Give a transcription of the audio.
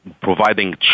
providing